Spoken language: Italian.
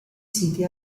siti